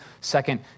second